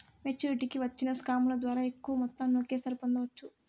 మెచ్చురిటీకి వచ్చిన స్కాముల ద్వారా ఎక్కువ మొత్తాన్ని ఒకేసారి పొందవచ్చు